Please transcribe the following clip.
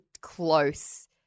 close